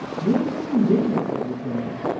even miggs would go.